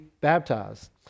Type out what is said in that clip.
baptized